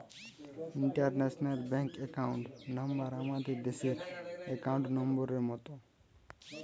international bank account number আমাদের দেশের account নম্বরের মত